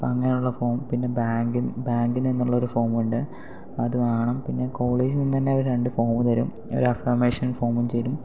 അപ്പം അങ്ങനെയുള്ള ഫോം പിന്നെ ബാങ്കിൽ ബാങ്കിൽ നിന്നുള്ളൊരു ഫോമുണ്ട് അത് വാങ്ങണം പിന്നെ കോളേജിൽ നിന്ന് തന്നെ അവര് രണ്ട് ഫോം തരും ഒരു അഫർമേഷൻ ഫോമും തരും